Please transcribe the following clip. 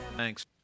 Thanks